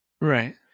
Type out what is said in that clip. Right